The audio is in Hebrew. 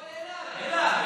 אילת.